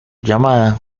llamada